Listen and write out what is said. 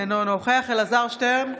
אינו נוכח אלעזר שטרן,